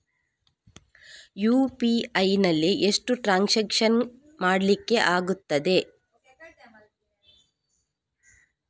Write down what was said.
UPI ನಲ್ಲಿ ಎಷ್ಟು transaction ಮಾಡ್ಲಿಕ್ಕೆ ಆಗ್ತದೆ?